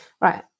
right